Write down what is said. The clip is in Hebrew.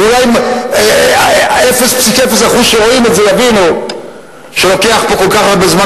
ואולי 0.0% שרואים את זה יבינו שלוקח פה כל כך הרבה זמן,